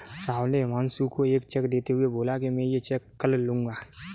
राहुल ने हुमांशु को एक चेक देते हुए बोला कि मैं ये चेक कल लूँगा